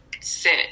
sit